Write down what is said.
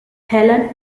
helen